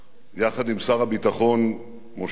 יחד עם שר הביטחון משה דיין,